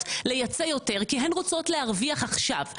לייצא יותר כי הן רוצות להרוויח עכשיו.